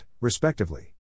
respectively